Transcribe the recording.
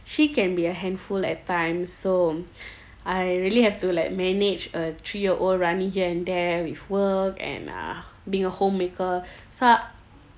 she can be a handful at times so I really have to like manage a three year old running here and there with work and uh being a homemaker so